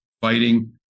fighting